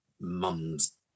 mum's